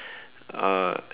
uh